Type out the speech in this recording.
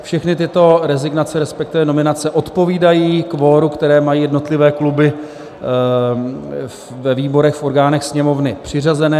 Všechny tyto rezignace, resp. nominace, odpovídají kvoru, které mají jednotlivé kluby ve výborech v orgánech Sněmovny přiřazené.